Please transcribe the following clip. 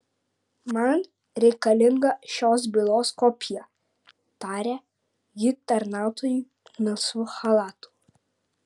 man reikalinga šios bylos kopija tarė ji tarnautojui melsvu chalatu